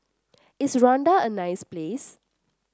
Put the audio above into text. is Rwanda a nice place